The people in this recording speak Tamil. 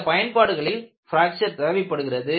சில பயன்பாடுகளில் பிராக்சர் தேவைப்படுகிறது